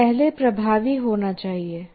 यह पहले प्रभावी होना चाहिए